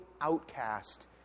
outcast